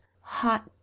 hot